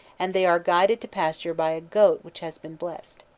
and they are guided to pasture by a goad which has been blessed.